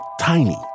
tiny